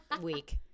week